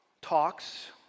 talks